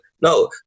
No